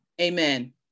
amen